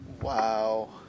wow